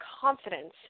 confidence